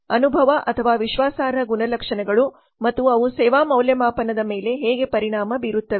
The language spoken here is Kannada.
ಅನುಭವ ಅಥವಾ ವಿಶ್ವಾಸಾರ್ಹ ಗುಣಲಕ್ಷಣಗಳು ಮತ್ತು ಅವು ಸೇವಾ ಮೌಲ್ಯಮಾಪನದ ಮೇಲೆ ಹೇಗೆ ಪರಿಣಾಮ ಬೀರುತ್ತವೆ